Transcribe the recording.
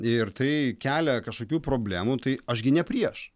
ir tai kelia kažkokių problemų tai aš gi ne prieš